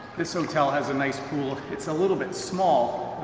this hotel has a nice pool. it's a little bit small.